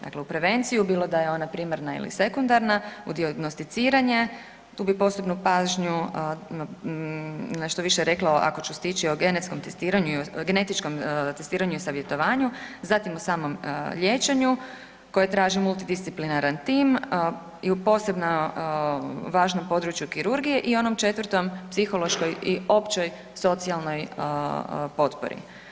Dakle u prevenciju bilo da je ona primarna ili sekundarna, u dijagnosticiranje, tu bi posebnu pažnju nešto više rekla ako ću stići o genetskom testiranju, genetičkom testiranju i savjetovanju, zatim o samom liječenju koje traži multidisciplinaran tim i u posebno važnom području kirurgije i onom četvrtom psihološkoj i općoj socijalnoj potpori.